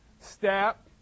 step